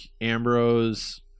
Ambrose